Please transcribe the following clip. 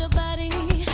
body